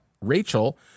Rachel